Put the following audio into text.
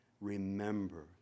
remember